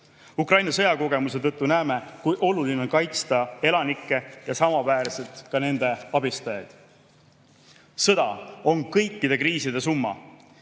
Ukraina sõja kogemuse tõttu näeme, kui oluline on kaitsta elanikke ja samaväärselt ka nende abistajaid. Sõda on kõikide kriiside summa.